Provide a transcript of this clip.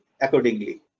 accordingly